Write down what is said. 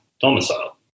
domicile